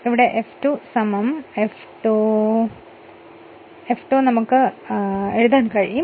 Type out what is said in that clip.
ഇപ്പോൾ F2 F2 P ns n 20 എന്ന് എഴുതാം